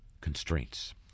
constraints